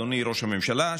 אדוני ראש הממשלה,